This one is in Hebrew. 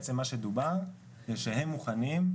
דובר שהם מוכנים,